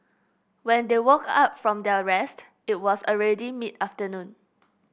when they woke up from their rest it was already mid afternoon